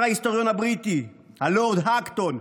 אמר ההיסטוריון הבריטי הלורד אקטון,